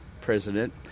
president